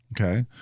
Okay